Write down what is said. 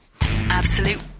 absolute